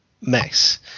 mess